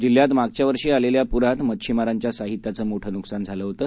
जिल्ह्यातमागच्यावर्षीआलेल्यापुरातमच्छीमारांच्यासाहित्याचंमोठंनुकसानझालंहोतं